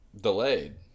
Delayed